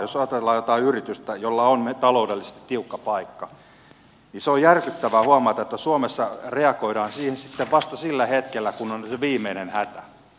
jos ajatellaan jotain yritystä jolla on taloudellisesti tiukka paikka niin se on järkyttävää huomata että suomessa reagoidaan siihen sitten vasta sillä hetkellä kun on viimeinen hätä